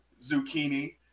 zucchini